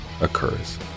occurs